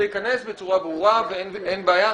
זה ייכנס בצורה ברורה ואין בעיה,